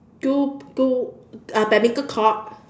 two two uh badminton court